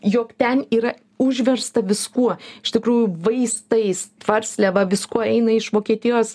jog ten yra užversta viskuo iš tikrųjų vaistais tvarsliava viskuo eina iš vokietijos